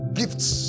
gifts